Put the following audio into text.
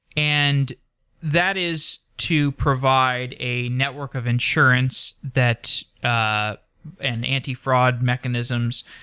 and that is to provide a network of insurance that ah an anti-fraud mechanisms.